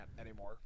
anymore